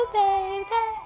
baby